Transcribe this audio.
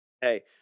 Hey